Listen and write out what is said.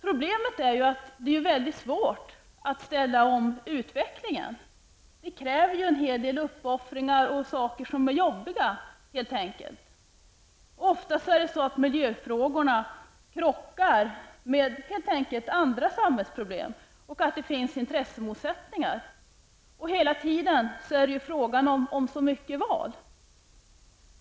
Problemet är att det är mycket svårt att ställa om utvecklingen. Det kräver en hel del uppoffringar och saker som är jobbiga. Det är ofta så att miljöfrågorna krockar med andra samhällsproblem och att det finns intressemotsättningar. Det är hela tiden frågan om så många val.